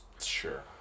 Sure